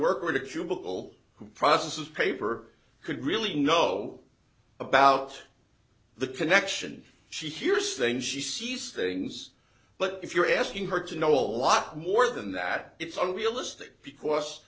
who processes paper could really know about the connection she hears things she sees things but if you're asking her to know a lot more than that it's unrealistic because